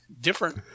different